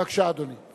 בבקשה, אדוני.